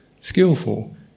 skillful